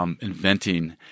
Inventing